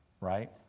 Right